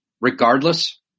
regardless